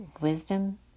wisdom